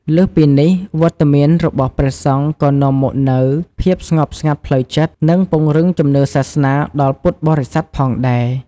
លើសពីនេះ វត្តមានរបស់ព្រះសង្ឃក៏នាំមកនូវភាពស្ងប់ស្ងាត់ផ្លូវចិត្ត និងពង្រឹងជំនឿសាសនាដល់ពុទ្ធបរិស័ទផងដែរ។